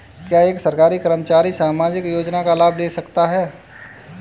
क्या एक सरकारी कर्मचारी सामाजिक योजना का लाभ ले सकता है?